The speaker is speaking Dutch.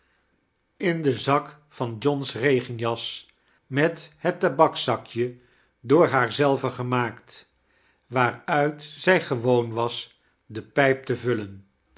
in den zak van john's regenjas met het tabakszakje door haar zelve gemaakt waaruit zij gewoon was de pijp te vullen